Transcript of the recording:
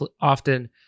often